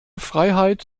freiheit